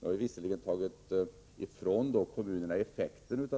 Nu har vi visserligen tagit ifrån kommunerna effekterna